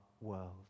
world